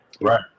right